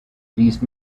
these